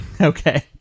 Okay